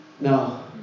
no